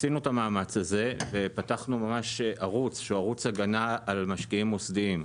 עשינו את המאמץ הזה ופתחנו ממש ערוץ הגנה על משקיעים מוסדיים,